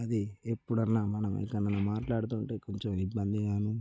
అది ఎప్పుడన్నా మనం మనం మాట్లాడుతూ ఉంటే కొంచెం ఇబ్బంది గాను